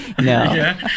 No